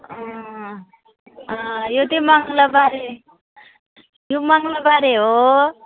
यो चाहिँ मङ्लबारे यो मङ्लबारे हो